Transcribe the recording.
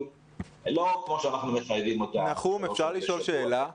לא כמו שאנחנו מחייבים אותם --- יש פה שאלה.